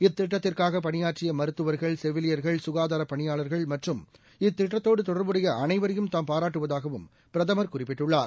இத்திட்டத்திற்காக பணியாற்றிய மருத்துவர்கள் செவிலியர்கள் சுகாதாரப் பணியாளர்கள் மற்றும் இத்திட்டத்தோடு தொடர்புடைய அனைவரையும் தாம் பாராட்டுவதாகவும் பிரதம் குறிப்பிட்டுள்ளார்